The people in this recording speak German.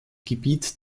gebiet